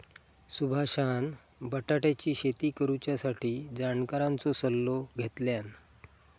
सुभाषान बटाट्याची शेती करुच्यासाठी जाणकारांचो सल्लो घेतल्यान